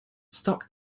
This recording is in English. stock